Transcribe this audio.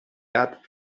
that